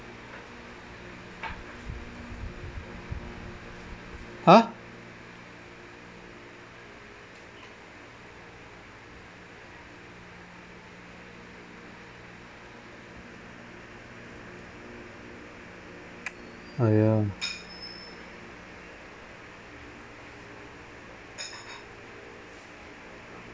!huh! !aiya!